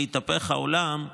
ויתהפך העולם,